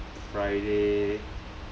friday